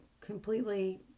Completely